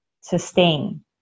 sustain